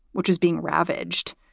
which is being ravaged.